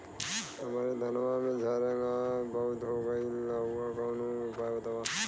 हमरे धनवा में झंरगा बहुत हो गईलह कवनो उपाय बतावा?